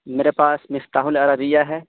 میرے پاس مِفتاحُ العربیہ ہے